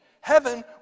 Heaven